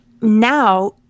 now